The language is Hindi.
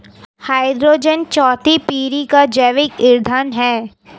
हाइड्रोजन चौथी पीढ़ी का जैविक ईंधन है